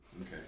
Okay